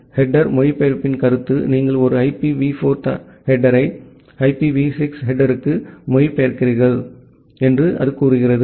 header மொழிபெயர்ப்பின் கருத்து நீங்கள் ஒரு ஐபிவி 4 தலைப்பை ஐபிவி 6 ஹெடேர்க்கு மொழிபெயர்க்கிறீர்கள் என்று அது கூறுகிறது